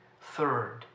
Third